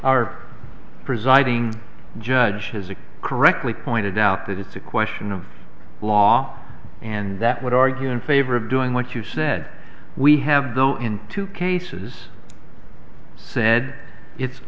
our presiding judge has it correctly pointed out that it's a question of law and that would argue in favor of doing what you said we have though in two cases said it's